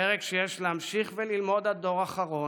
פרק שיש להמשיך וללמוד עד דור אחרון,